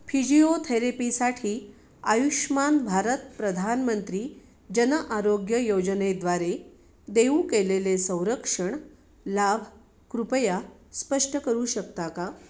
फिजिओथेरेपीसाठी आयुष्मान भारत प्रधानमंत्री जन आरोग्य योजनेद्वारे देऊ केलेले संरक्षण लाभ कृपया स्पष्ट करू शकता का